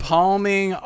Palming